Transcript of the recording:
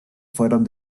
fueron